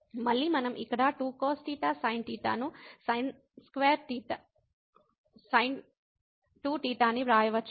మళ్ళీ మనం ఇక్కడ 2cosθ sinθ ను sin2θ అని వ్రాయవచ్చు